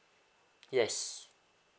yes